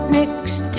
next